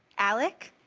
alec,